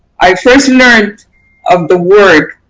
i first learned of the work